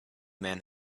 man